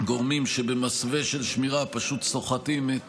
גורמים שבמסווה של שמירה פשוט סוחטים את